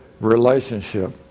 relationship